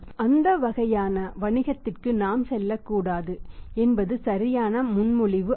அந்த வகையான வணிகத்திற்கு நாம் செல்லக்கூடாது என்பது சரியான முன்மொழிவு அல்ல